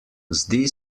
zdi